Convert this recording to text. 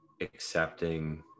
accepting